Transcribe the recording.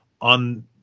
on